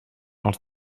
els